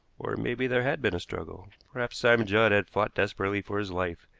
or it may be there had been a struggle. perhaps simon judd had fought desperately for his life,